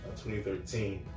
2013